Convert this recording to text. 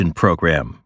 program